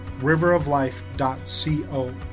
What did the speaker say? riveroflife.co